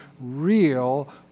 real